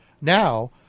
Now